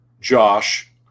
Josh